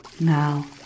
now